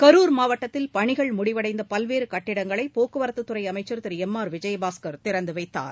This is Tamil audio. கரூர் மாவட்டத்தில் பணிகள் முடிவடைந்த பல்வேறு கட்டிடங்களை போக்குவரத்துத்துறை அமைச்சர் திரு எம் ஆர் விஜயபாஸ்கர் திறந்து வைத்தார்